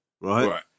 Right